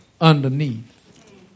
underneath